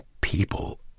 people